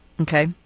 Okay